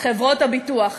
חברות הביטוח.